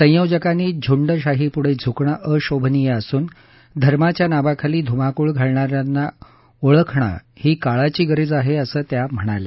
सयोजकांनी झुंडशाहीपुढे झुकणं अशोभनिय असून धर्मांच्या नावाखाली धुमाकुळ घालणा या ओळखणं काळाची गरज आहे असं त्या म्हणाल्या